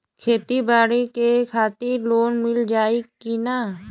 खेती बाडी के खातिर लोन मिल जाई किना?